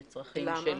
למה?